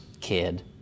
kid